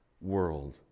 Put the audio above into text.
world